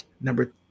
Number